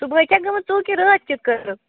صُبحٲے چھا گٔمٕژ ژوٗر کِنہٕ رٲتھۍ کیُتھ کٔرٕکھ